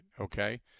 okay